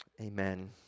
Amen